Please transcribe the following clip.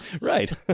Right